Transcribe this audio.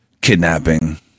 kidnapping